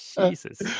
jesus